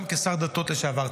גם כשר הדתות לשעבר,